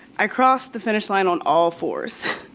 i crossed the finish line on all fours.